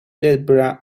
debra